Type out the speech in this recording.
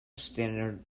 standard